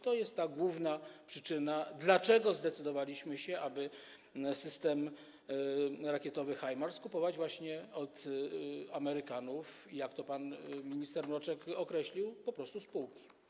To jest ta główna przyczyna - dlatego zdecydowaliśmy się na to, aby system rakietowy HIMARS kupować właśnie od Amerykanów, jak to pan minister Mroczek określił, po prostu z półki.